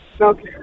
Okay